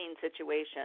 situation